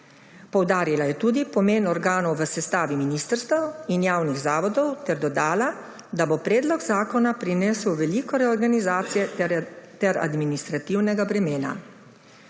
Poudarila je tudi pomen organov v sestavi ministrstev in javnih zavodov ter dodala, da bo Predlog zakona prinesel veliko reorganizacije ter administrativnega bremena.